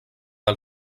del